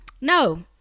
no